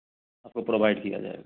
आपको प्रोवाइड किया जाएगा